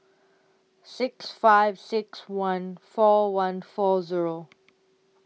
six five six one four one four Zero